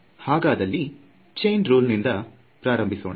ಹಾಗಾದಲ್ಲಿ chain rule ನಿಂದ ಪ್ರಾರಂಭಿಸೋಣ